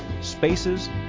spaces